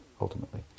ultimately